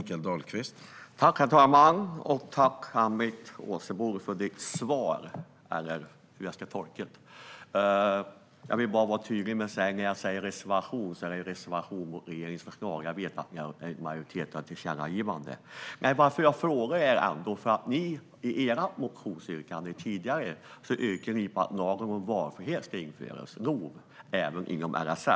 Herr talman! Jag tackar Ann-Britt Åsebol för svaret, hur jag nu ska tolka det. Jag vill vara tydlig med att jag när jag säger "reservation" menar reservation mot regeringens förslag. Jag vet att ni har en majoritet för ett tillkännagivande. I ert tidigare motionsyrkande yrkar ni på att lagen om valfrihet, LOV, ska införas även inom LSS.